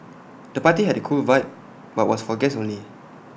the party had A cool vibe but was for guests only